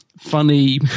funny